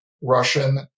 Russian